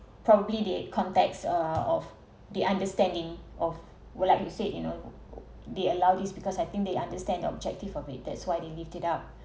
probably their context uh of the understanding of would like to say you know they allow this because I think they understand the objective of it that's why they lifted up